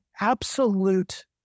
absolute